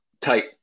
tight